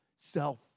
self